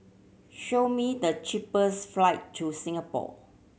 show me the cheapest flight to Singapore